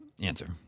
answer